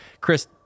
Chris